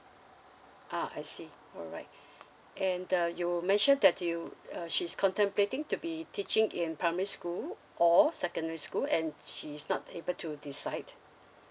ah I see alright and uh you mentioned that you uh she's contemplating to be teaching in primary school or secondary school and she's not able to decide